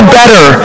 better